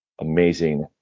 amazing